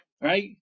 right